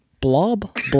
Blob